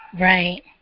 Right